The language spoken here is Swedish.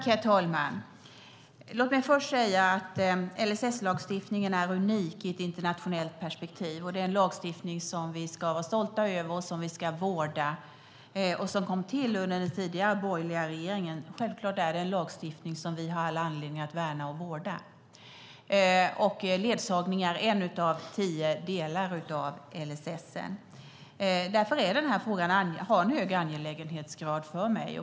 Herr talman! Låt mig först säga att LSS-lagstiftningen är unik i ett internationellt perspektiv. Det är en lagstiftning som vi ska vara stolta över och som vi ska vårda. Den kom till under den tidigare borgerliga regeringen. Det är en lagstiftning som vi har all anledning att värna och vårda. Ledsagning är en av tio delar av LSS. Frågan är mycket angelägen för mig.